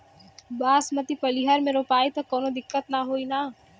बासमती पलिहर में रोपाई त कवनो दिक्कत ना होई न?